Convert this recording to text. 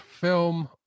film